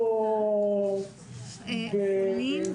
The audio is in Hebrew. ומכיתה ז' עד ט' יש כ-296,000.